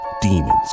demons